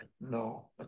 No